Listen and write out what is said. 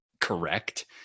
correct